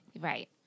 Right